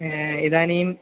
इदानीं